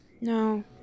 No